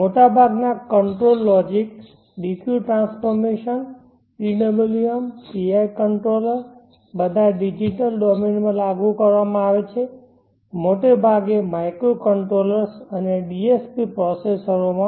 મોટાભાગના control logic dq transformation PWM PI controller બધા digital ડોમેનમાં લાગુ કરવામાં આવે છે મોટે ભાગે માઇક્રોકન્ટ્રોલર્સ અને DSP પ્રોસેસરોમાં